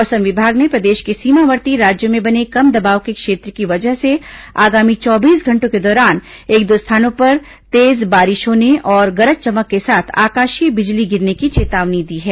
मौसम विभाग ने प्रदेश के सीमावर्ती राज्यों में बने कम दबाव के क्षेत्र की वजह से आगामी चौबीस घंटों के दौरान एक दो स्थानों पर तेज बारिश होने और गरज चमक के साथ आकाशीय बिजली गिरने की चेतावनी दी है